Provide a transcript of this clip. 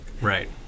right